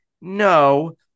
No